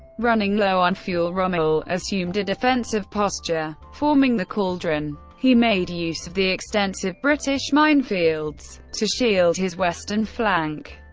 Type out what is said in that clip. running low on fuel, rommel assumed a defensive posture, forming the cauldron. he made use of the extensive british minefields to shield his western flank.